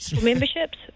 Memberships